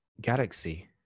galaxy